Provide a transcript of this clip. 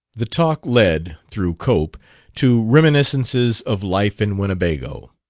the talk led through cope to reminiscences of life in winnebago.